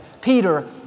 Peter